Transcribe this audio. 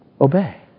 obey